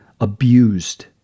abused